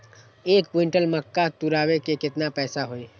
एक क्विंटल मक्का तुरावे के केतना पैसा होई?